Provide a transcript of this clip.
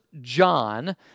John